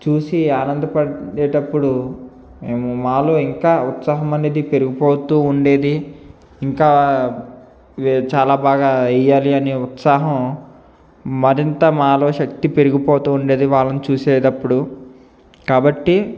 చూసి ఆనందపడేటప్పుడు మేము మాలో ఇంకా ఉత్సాహమనేది ఇంకా పెరిగిపోతూ ఉండేది ఇంకా వే చాలా బాగా వెయ్యాలి అని ఉత్సాహం మరింత మాలో శక్తి పెరిగిపోతూ ఉండేది వాళ్ళని చూసేదప్పుడు కాబట్టి